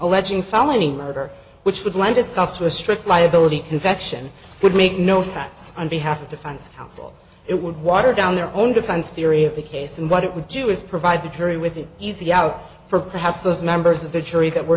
felony murder which would lend itself to a strict liability convection would make no sense on behalf of defense counsel it would water down their own defense theory of the case and what it would do is provide the jury with an easy out for perhaps those members of the jury that were